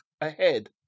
ahead